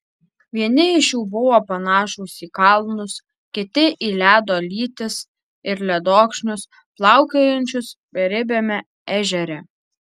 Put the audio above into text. vieni iš jų buvo panašūs į kalnus kiti į ledo lytis ir ledokšnius plaukiojančius beribiame ežere